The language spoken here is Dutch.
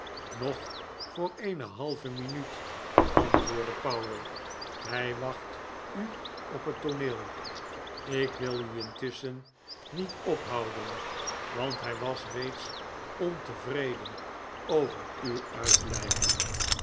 nog voor eene halve minuut antwoordde powell hij wacht u op het tooneel ik wil u intusschen niet ophouden want hij was reeds ontevreden over uw uitblijven